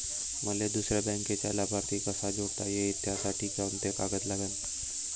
मले दुसऱ्या बँकेचा लाभार्थी कसा जोडता येते, त्यासाठी कोंते कागद लागन?